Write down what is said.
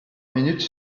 minutes